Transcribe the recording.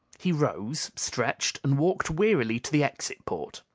he rose, stretched, and walked wearily to the exit port.